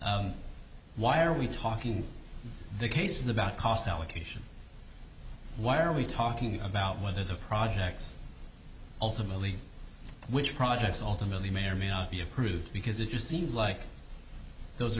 why are we talking to cases about cost allocation why are we talking about whether the projects ultimately which projects alternately may or may not be approved because it just seems like those